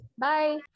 bye